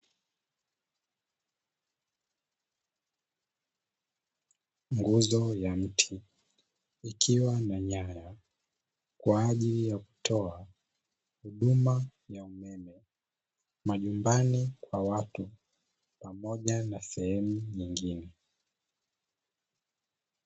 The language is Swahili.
Nguzo ya mti ikiwa na nyaya kwa ajili ya kutoa huduma ya umeme majumbani kwa watu pamoja na sehemu nyingine.